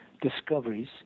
discoveries